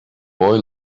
boy